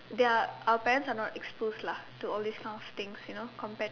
their our parents are not expose lah to all these kind of things you know compared